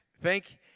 Thank